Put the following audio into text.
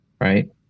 right